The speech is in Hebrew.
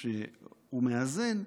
שהוא מאזן,